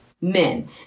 men